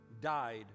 died